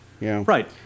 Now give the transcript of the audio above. Right